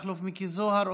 מכלוף מיקי זוהר,